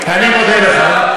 אני מודה לך,